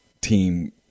team